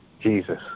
Jesus